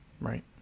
Right